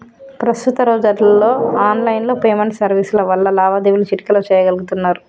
ప్రస్తుత రోజుల్లో online payment సర్వీసుల వల్ల లావాదేవీలు చిటికెలో చెయ్యగలుతున్నరు